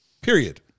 period